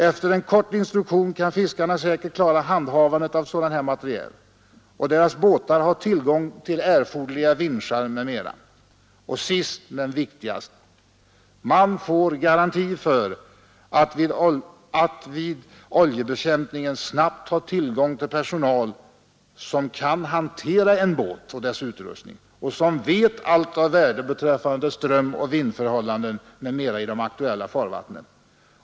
Efter en kort instruktion kan fiskarna säkert klara handhavandet av sådan här materiel, och deras båtar har tillgång till erforderliga vinschar m.m. Och sist men viktigast: man får garanti för att vid oljebekämpningen snabbt ha tillgång till personal som kan hantera en båt och dess utrustning och som vet allt av värde beträffande strömoch vindförhållanden m.m. i de aktuella farvattnen.